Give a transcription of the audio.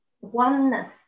oneness